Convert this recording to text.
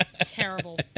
Terrible